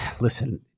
listen